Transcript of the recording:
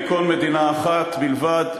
תיכון מדינה אחת בלבד,